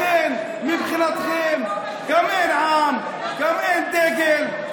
לכן, מבחינתכם, גם אין עם, גם אין דגל.